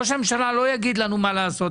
ראש הממשלה לא יגיד לנו מה לעשות.